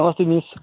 नमस्ते मिस